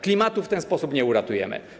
Klimatu w ten sposób nie uratujemy.